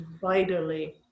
vitally